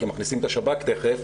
כי מכניסים את השב"כ תיכף.